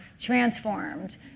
transformed